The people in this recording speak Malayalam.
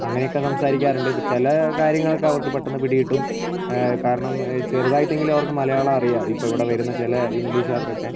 അങ്ങനെയൊക്കെ സംസാരിക്കാറുണ്ട് ഇപ്പം ചില കാര്യങ്ങളൊക്കെ അവർക്ക് പെട്ടന്ന് പിടികിട്ടും കാരണം ചെറുതായിട്ടെങ്കിലും അവർക്ക് മലയാളം അറിയാം ഇപ്പോൾ ഇവിടെ വരുന്ന ചില ഇംഗ്ലീഷ്കാർക്കൊക്കെ